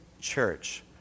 church